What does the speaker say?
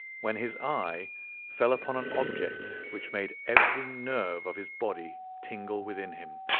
when his eye fell upon an object which made every nerve of his body tingle within him.